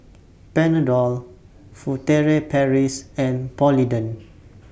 Panadol Furtere Paris and Polident